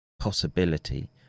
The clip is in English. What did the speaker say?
possibility